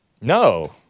No